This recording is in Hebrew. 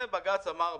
בג"ץ אמר,